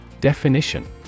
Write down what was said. Definition